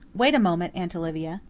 wait a moment, aunt olivia.